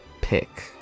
pick